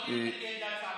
לא נתנגד להצעת החוק.